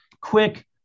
quick